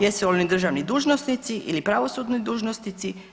Jesu li oni državni dužnosnici ili pravosudni dužnosnici?